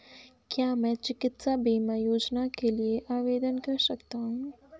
क्या मैं चिकित्सा बीमा योजना के लिए आवेदन कर सकता हूँ?